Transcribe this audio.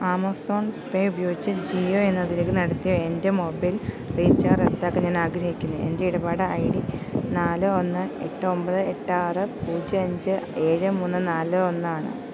Amazon Pay ഉപയോഗിച്ച് ജിയോ എന്നതിലേക്ക് നടത്തിയ എൻ്റെ മൊബൈൽ റീചാർജ് റദ്ദാക്കാൻ ഞാൻ ആഗ്രഹിക്കുന്നു എൻ്റെ ഇടപാട് ഐ ഡി നാല് ഒന്ന് എട്ട് ഒമ്പത് എട്ട് ആറ് പൂജ്യം അഞ്ച് ഏഴ് മൂന്ന് നാല് ഒന്ന് ആണ്